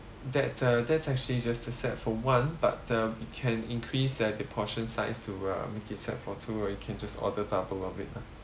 that uh that's actually just a set for one but uh we can increase uh the portion size to uh make it set for two or you can just order double of it lah